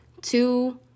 two